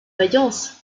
vaillance